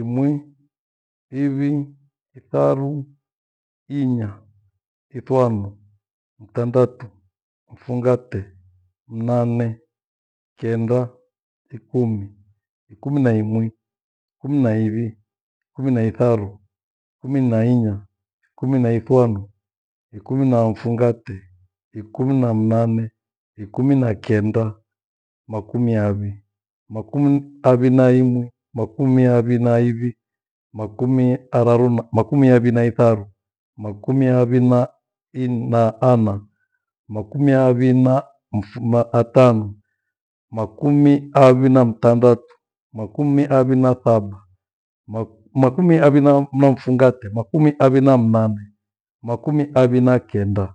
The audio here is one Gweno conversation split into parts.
Imwi, ivi, itharu, inya, ithwanu, mtandatu, mfungate, mnane, kenda, ikumi. Ikumi na imwi, lkumi na ivi, ikumi na itharu, ikumi na inya, ikumi na ithwanu, ikumi na mfungate, ikumi na mnane, ikumi na kenda, makumi avi. Makumi avi na imwi, makumi avi na ivi, makumi araru- na makumi avi na itharu, makumi avi na in- na- ana, makumi avi na mfumathatano, makumi avi na mtandatu, makumi avi na thaba, ma- makumi avi na- na mfungate, makumi avi na mnane, makumi avi na kenda,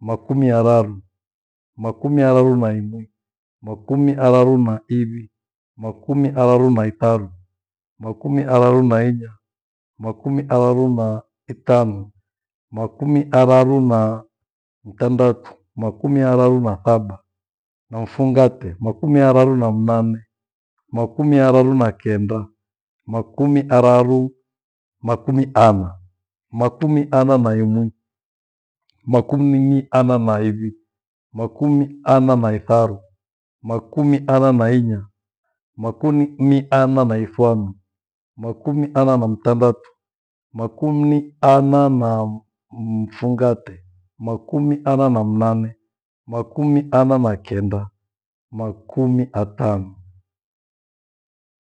makumi araru. Makumi araru na imwi, makumi araru na ivi, makumi aruru na itharu, makumi aruru na inya, makumi araru naa itano, makami aruru na mtandatu, makumi araru na thaba na mfungate, makumi araru na mnane, makumi araru na kenda, makumi araru makumi ana. Makumi ana na imwi, makumi ana na ivi, makumi ana na itharu, makumi ana na inya, makumi ni ana na ithwanu, makumi ana na mtandatu, makumni ana nam- m- mfungate, makumi ana na mnane, makumi ana na kenda, makumi atanu